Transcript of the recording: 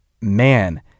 man